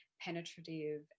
penetrative